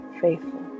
faithful